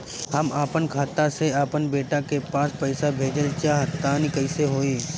हम आपन खाता से आपन बेटा के पास पईसा भेजल चाह तानि कइसे होई?